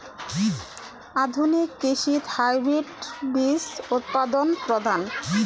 আধুনিক কৃষিত হাইব্রিড বীজ উৎপাদন প্রধান